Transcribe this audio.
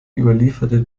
überlieferte